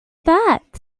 that